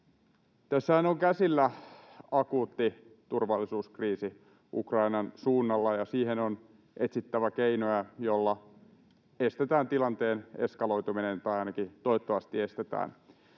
Tässähän on käsillä akuutti turvallisuuskriisi Ukrainan suunnalla, ja siihen on etsittävä keinoja, joilla estetään tilanteen eskaloituminen tai ainakin toivottavasti estetään.